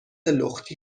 لختی